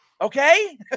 Okay